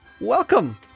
welcome